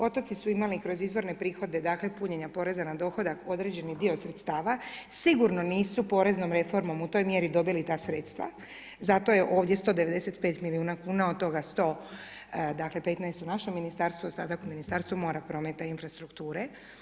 Otoci su imali kroz izvorne prihode, dakle punjenja poreza na dohodak, određeni dio sredstava, sigurno nisu poreznom reformom u toj mjeri dobili ta sredstva, zato je ovdje 195 milijuna kuna od toga 100 dakle 15 u našem ministarstvu ostatak u Ministarstvu mora, prometa i infrastrukture.